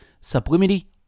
sublimity